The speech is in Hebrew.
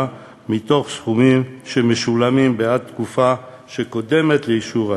מתוך הסכומים שמשולמים בעד התקופה שקודמת לאישור התביעה,